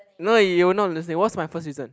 no you're not listening what's my first reason